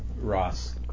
ross